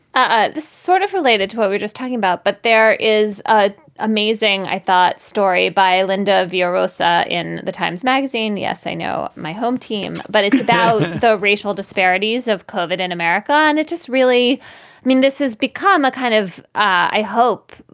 sort of related to what we're just talking about, but there is ah amazing i thought story by linda villarosa in the times magazine. yes, i know my home team, but it's about the racial disparities of covered in america. and it just really i mean, this has become a kind of, i hope,